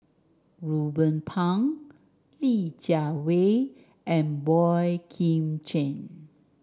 Ruben Pang Li Jiawei and Boey Kim Cheng